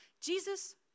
Jesus